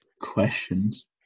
Questions